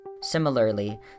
Similarly